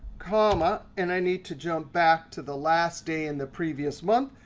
comma, and i need to jump back to the last day in the previous month.